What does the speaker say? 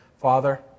Father